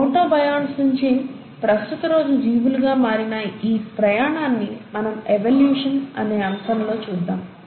protobionts నించి ప్రస్తుత రోజు జీవులుగా మారిన ఈ ప్రయాణాన్ని మనం ఎవల్యూషన్ అనే అంశం లో చూద్దాం